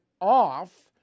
off